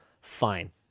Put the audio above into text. Fine